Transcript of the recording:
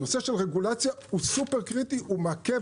הנושא של רגולציה, הוא סופר קריטי, הוא מעכב.